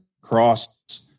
cross